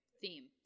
Theme